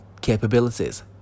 capabilities